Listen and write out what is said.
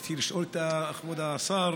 רציתי לשאול את כבוד השר